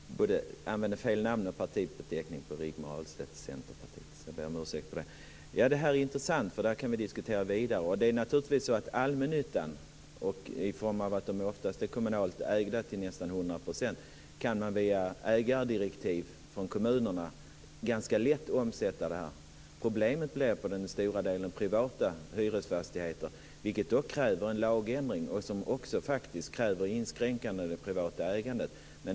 Fru talman! Först vill jag be om ursäkt för att jag använde både fel namn och fel partibeteckning på Rigmor Ahlstedt från Centerpartiet. Jag ber om ursäkt för det. Detta är en intressant fråga. Den kan vi diskutera vidare. Det är naturligtvis så att för allmännyttan, som nästan till hundra procent är kommunalt ägt, kan man via ägardirektiv från kommunerna ganska lätt omsätta förslaget i praktiken. Problemet är den stora delen privata hyresfastigheter. Det kräver en lagändring som också innebär en inskränkning av det privata ägandet.